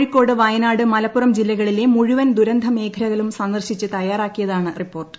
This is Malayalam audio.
കോഴിക്കോട് വയനാട് മലപ്പുറം ജില്ലകളിലെ മുഴുവൻ ദുരന്തമേഖലകളും സന്ദർശിച്ച് തയ്യാറാക്കിയതാണ് റിപ്പോർട്ട്